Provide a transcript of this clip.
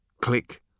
Click